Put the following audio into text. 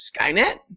Skynet